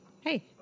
Hey